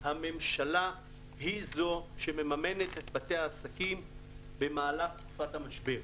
הממשלה היא זו שמממנת את בתי העסקים במהלך תקופת המשבר.